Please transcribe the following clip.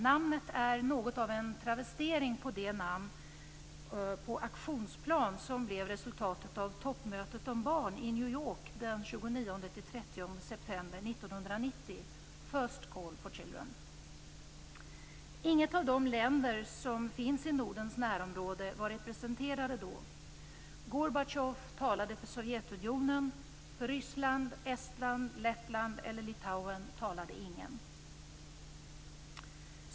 Namnet är något av en travestering på namnet på den aktionsplan som blev resultatet av toppmötet om barn i New York den Inget av de länder som finns i Nordens närområde var representerat då. Gorbatjov talade för Sovjetunionen. För Ryssland, Estland, Lettland eller Litauen talade ingen.